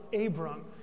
Abram